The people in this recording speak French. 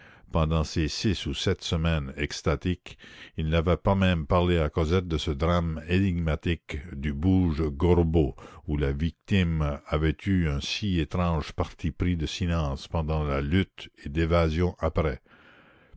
pendant ces six ou sept semaines extatiques il n'avait pas même parlé à cosette de ce drame énigmatique du bouge gorbeau où la victime avait eu un si étrange parti pris de silence pendant la lutte et d'évasion après